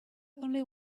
only